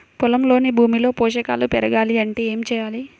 పొలంలోని భూమిలో పోషకాలు పెరగాలి అంటే ఏం చేయాలి?